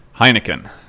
Heineken